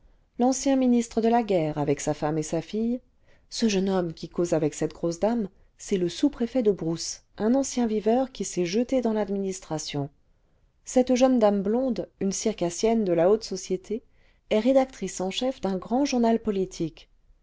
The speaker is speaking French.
l'ancien ministre de la guerre avec sa femme et sa fille ce jeune homme qui cause avec cette grosse dame c'est le sous-préfet de brousse un ancien viveur qui s'est jeté dans l'administration cette jeune dame blonde une circassienne de la haute société est rédactrice en chef d'un grand journal politique